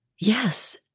Yes